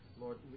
Lord